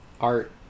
art